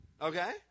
Okay